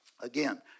again